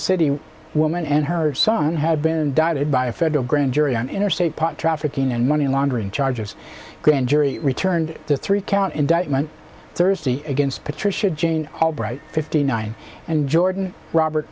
nevada city woman and her son have been indicted by a federal grand jury on interstate pot trafficking and money laundering charges grand jury returned the three count indictment thursday against patricia jane albright fifty nine and jordan robert